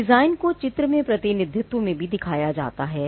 design को चित्रमय प्रतिनिधित्व में भी दिखाया जाता है